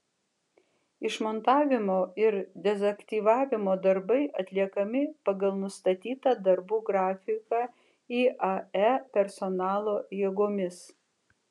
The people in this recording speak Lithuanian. išmontavimo ir dezaktyvavimo darbai atliekami pagal nustatytą darbų grafiką iae personalo jėgomis